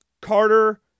Carter